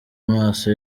amaso